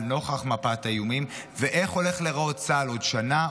נוכח מפת האיומים ואיך הולך להיראות צה"ל בעוד שנה,